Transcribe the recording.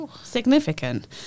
significant